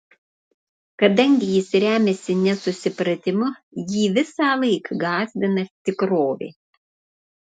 kadangi jis remiasi nesusipratimu jį visąlaik gąsdina tikrovė